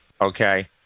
okay